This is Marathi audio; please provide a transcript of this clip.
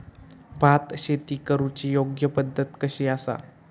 भात शेती करुची योग्य पद्धत कशी आसा?